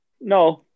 No